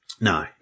no